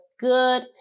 good